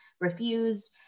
refused